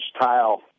tile